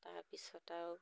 তাৰপিছত আৰু